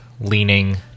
leaning